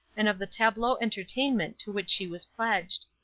and of the tableau entertainment to which she was pledged.